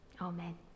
Amen